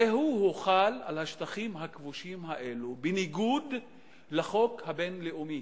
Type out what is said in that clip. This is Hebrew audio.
הרי הוא הוחל על השטחים הכבושים האלה בניגוד לחוק הבין-לאומי.